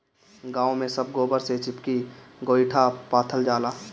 गांव में सब गोबर से चिपरी गोइठा पाथल जाला